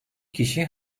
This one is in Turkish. kişi